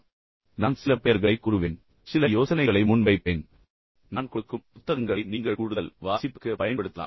அங்கும் இங்கும் நான் சில பெயர்களை விட்டு கூறுவேன் சில யோசனைகளை முன் வைப்பேன் சில புத்தகங்களை கொடுப்பேன் அவற்றை நீங்கள் கூடுதல் வாசிப்புக்கு பயன்படுத்தலாம்